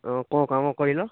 ହଁ କ'ଣ କାମ କହିଲ